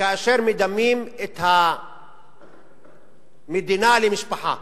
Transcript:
כאשר מדמים את המדינה למשפחה.